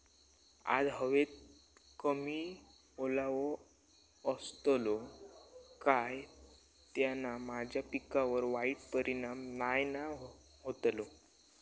आज हवेत कमी ओलावो असतलो काय त्याना माझ्या पिकावर वाईट परिणाम नाय ना व्हतलो?